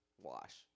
Wash